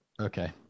Okay